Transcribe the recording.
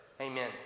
Amen